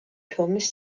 ფილმის